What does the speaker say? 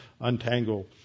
untangle